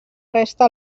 resta